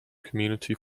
community